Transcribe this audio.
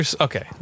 Okay